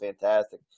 fantastic